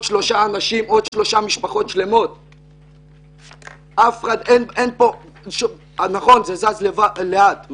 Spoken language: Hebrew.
עוד שלוש משפחות שלמות, למה זה זז כל כך לאט?